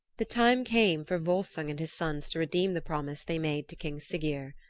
the time came for volsung and his sons to redeem the promise they made to king siggeir.